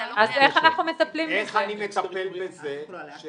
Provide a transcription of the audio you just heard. איך אני מטפל בזה?